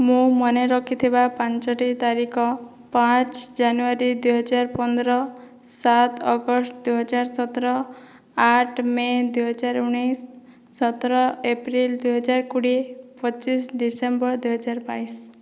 ମୁଁ ମନେ ରଖିଥିବା ପାଞ୍ଚଟି ତାରିଖ ପାଞ୍ଚ ଜାନୁୟାରୀ ଦୁଇହଜାର ପନ୍ଦର ସାତ ଅଗଷ୍ଟ ଦୁଇହଜାର ସତର ଆଠ ମେ' ଦୁଇହଜାର ଉଣେଇଶ ସତର ଏପ୍ରିଲ ଦୁଇହଜାର କୋଡ଼ିଏ ପଚିଶ ଡିସେମ୍ବର ଦୁଇହଜାର ବାଇଶ